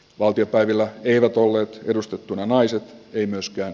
valtiopäivillä eivät olleet edustettuna naiset ei myöskään